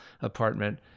apartment